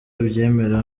abyemera